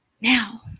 now